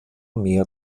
mehr